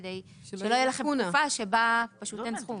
כדי שלא תהיה לכם תקופה שבה פשוט אין סכום.